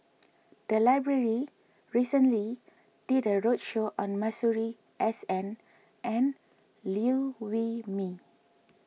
the library recently did a roadshow on Masuri S N and Liew Wee Mee